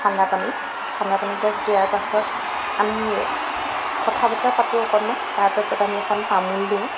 ঠাণ্ডা পানী ঠাণ্ডা পানী গিলাছ দিয়াৰ পাছত আমি কথা বতৰা পাতোঁ অকণমান তাৰপাছত আমি এখন তামোল দিওঁ